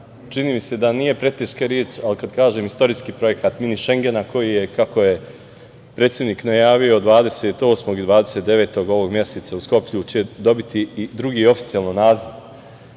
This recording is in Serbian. čini mi se da nije preteška reč ali kad kažem istorijski projekat „mini Šengena“ koji je, kako je predsednik najavio 28. i 29. ovog meseca u Skoplju će dobiti i drugi oficijelni naziv.